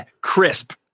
Crisp